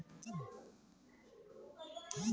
खेत म पानी ल पलोए बर बिकट के धियान देबर घलोक परथे